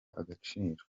agaciro